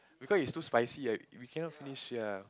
because is too spicy eh we cannot finish ya